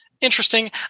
Interesting